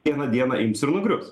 vieną dieną ims ir nugrius